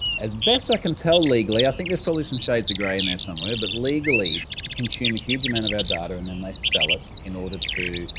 as best i can tell legally, i think there's probably some shades of gray in there somewhere, but legally consume a huge amount of our data and then they sell it in order to,